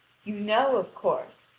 you know, of course,